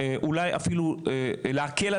אולי אפילו להקל,